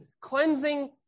cleansing